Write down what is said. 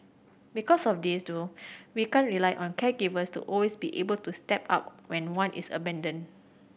because of this though we can't rely on caregivers to always be able to step up when one is abandoned